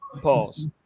Pause